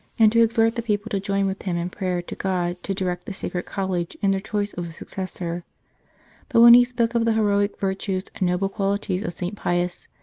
and to exhort the people to join with him in prayer to god to direct the sacred college in their choice of a successor but when he spoke of the heroic virtues and noble qualities of st. pius,